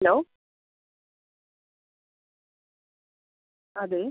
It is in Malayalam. ഹലോ അതെ